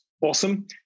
awesome